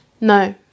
No